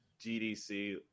GDC